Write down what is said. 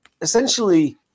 essentially